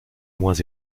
moins